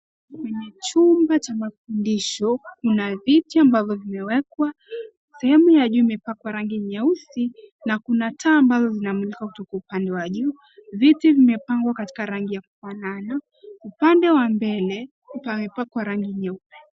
Kwenye chumba cha mafundisho kuna viti ambavyo vimewekwa. Sehemu ya juu imepakwa rangi nyeusi na kuna taa ambayo zinamulika kutoka upande wa juu. Viti vimepangwa katika rangi ya kufanana .Upande wa mbele pamepakwa rangi nyeupe.